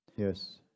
Yes